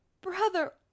brother